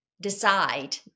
decide